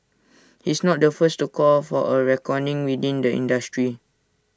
he's not the first to call for A reckoning within the industry